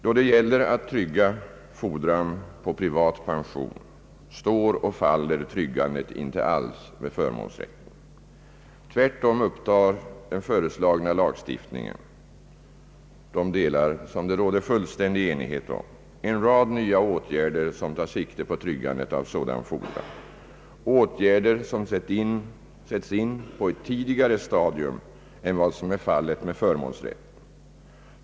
Då det gäller att trygga fordran på privat pension, står och faller tryggandet inte alls med förmånsrätten. Tvärtom upptar den föreslagna lagstiftningen i de delar som det råder fullständig enighet om en rad nya åtgärder som tar sikte på tryggandet av sådan fordran, åtgärder som sätts in på ett tidigare stadium än vad som är fallet med förmånsrätten.